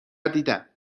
دیدم